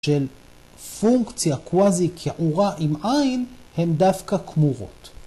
‫של פונקציה קוואזי קעורה עם עין, ‫הן דווקא קמורות.